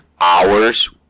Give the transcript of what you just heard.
hours